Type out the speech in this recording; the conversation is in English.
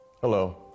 Hello